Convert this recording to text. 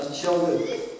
children